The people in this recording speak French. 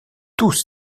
tous